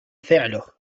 فعله